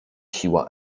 siła